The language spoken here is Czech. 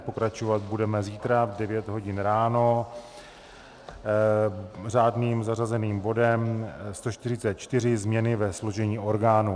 Pokračovat budeme zítra v devět hodin ráno řádným zařazeným bodem 144, změny ve složení orgánů.